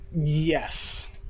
Yes